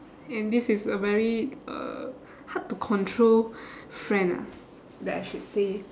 and this is a very uh hard to control friend lah that I should say